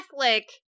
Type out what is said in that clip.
Catholic